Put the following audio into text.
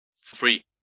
free